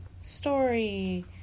story